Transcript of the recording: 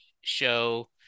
show